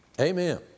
Amen